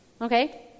okay